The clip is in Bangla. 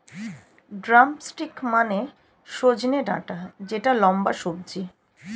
ড্রামস্টিক মানে সজনে ডাটা যেটা লম্বা সবজি